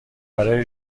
برای